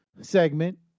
segment